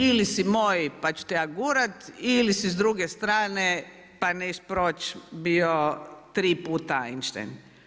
Ili si moj pa ću te ja gurat ili si s druge strane pa neš proć bio tri puta Einstein.